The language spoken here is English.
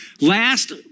last